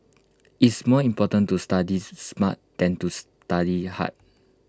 it's more important to study smart than to study hard